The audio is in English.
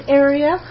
area